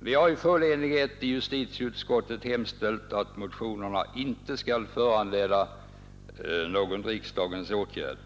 Vi har i full enighet i justitieutskottet hemställt att motionerna inte skall föranleda någon riksdagens åtgärd.